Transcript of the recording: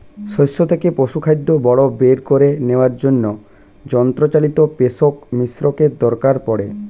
শস্য থেকে পশুখাদ্য খড় বের করে নেওয়ার জন্য যন্ত্রচালিত পেষক মিশ্রকের দরকার পড়ে